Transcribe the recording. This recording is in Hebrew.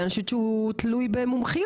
אני חושבת שהוא תלוי במומחיות,